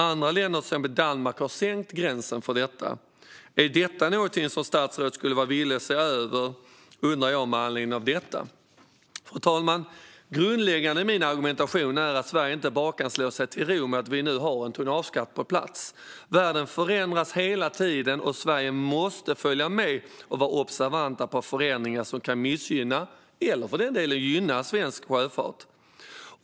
Andra länder, till exempel Danmark, har sänkt gränsen för detta. Med anledning av detta undrar jag om det är någonting som statsrådet skulle vara villig att se över. Fru talman! Grundläggande i min argumentation är att Sverige inte bara kan slå sig till ro med att vi nu har en tonnageskatt på plats. Världen förändras hela tiden, och vi i Sverige måste följa med och vara observanta på förändringar som kan missgynna, eller för den delen gynna, svensk sjöfart.